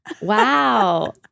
Wow